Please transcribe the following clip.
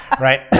right